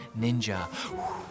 ninja